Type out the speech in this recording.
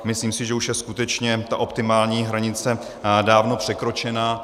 Myslím si, že už je skutečně ta optimální hranice dávno překročena.